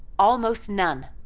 almost none.